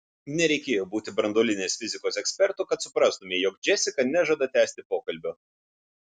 nereikėjo būti branduolinės fizikos ekspertu kad suprastumei jog džesika nežada tęsti pokalbio